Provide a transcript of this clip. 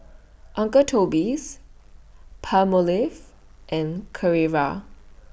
Uncle Toby's Palmolive and Carrera